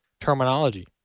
terminology